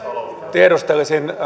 tiedustelisin